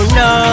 no